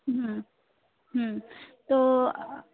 হুম হুম তো